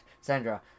Sandra